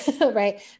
right